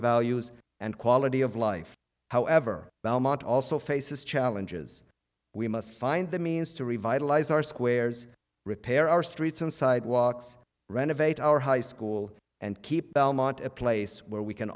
values and quality of life however belmont also faces challenges we must find the means to revitalize our squares repair our streets and sidewalks renovate our high school and keep belmont a place where we can